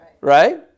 Right